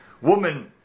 woman